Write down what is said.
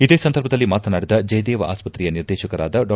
ಇದೇ ಸಂದರ್ಭದಲ್ಲಿ ಮಾತನಾಡಿದ ಜಯದೇವ ಆಸ್ವತ್ರೆಯ ನಿರ್ದೇಶಕರಾದ ಡಾ